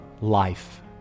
life